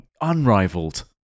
unrivaled